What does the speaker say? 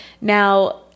Now